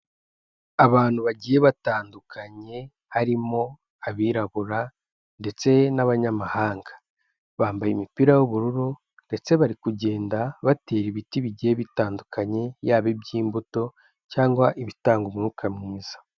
Abantu bagiye batandukanye harimo abirabura ndetse n'abanyamahanga, bambaye imipira y'ubururu ndetse bari kugenda batera ibiti bigiye bitandukanye, yaba iby'imbuto cyangwa ibitanga umwuka mwiza.